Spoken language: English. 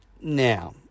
now